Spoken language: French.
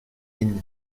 yin